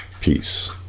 peace